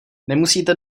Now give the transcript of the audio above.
nemusíte